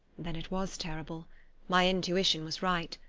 then it was terrible my intuition was right!